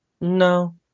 No